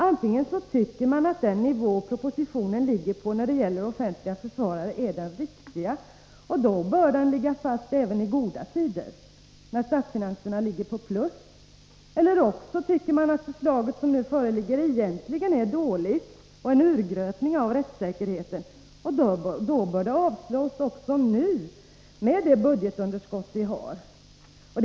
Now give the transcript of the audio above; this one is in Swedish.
Antingen tycker man att den nivå som propositionen nu ligger på när det gäller offentlig försvarare är riktig, och då bör den gälla även i goda tider, dvs. när statsfinanserna är på plus, eller också tycker man att det föreliggande förslaget är dåligt och medför en urgröpning av rättssäkerheten. I så fall bör det avslås även i det läge som nu råder med underskott i budgeten.